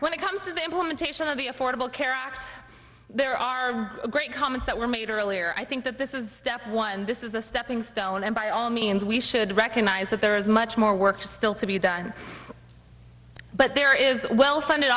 when it comes to the implementation of the affordable care act there are a great comments that were made earlier i think that this is step one this is a stepping stone and by all means we should recognize that there is much more work still to be done but there is well funded